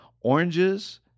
Oranges